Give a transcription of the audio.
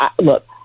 look